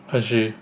actually